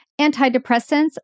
Antidepressants